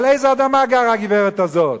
על איזו אדמה גרה הגברת הזאת?